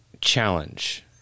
challenge